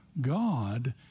God